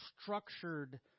structured